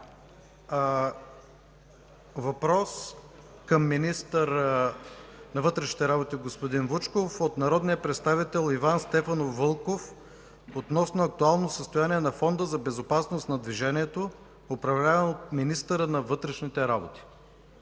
Въпрос към министъра на вътрешните работи господин Вучков от народния представител Иван Стефанов Вълков относно актуално състояние на Фонда за безопасност на движението, управляван от министъра на вътрешните работи.